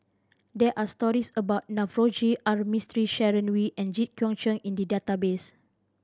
there are stories about Navroji R Mistri Sharon Wee and Jit Koon Ch'ng in the database